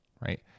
right